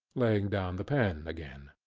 laying down the pen again.